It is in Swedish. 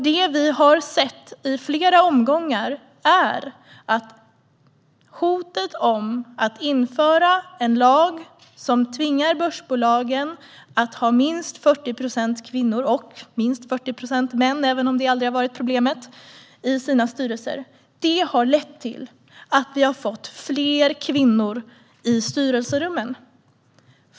Det vi har sett i flera omgångar är att hotet om att införa en lag som tvingar börsbolagen att ha minst 40 procent kvinnor och minst 40 procent män, även om det aldrig har varit problemet, i sina styrelser har lett till att vi har fått fler kvinnor i styrelserummen.